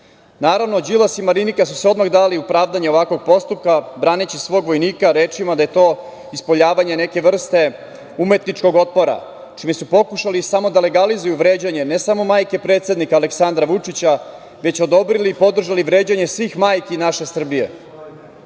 Naravno, Đilas i Marinika su se odmah dali u pravdanje ovakvog postupka, braneći svog vojnika rečima da je to ispoljavanje neke vrste umetničkog otpora čime su pokušali samo da legalizuju vređanje ne samo majke predsednika Aleksandra Vučića već odobrili i podržali vređanje svih majki naše Srbije. Treba